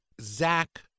Zach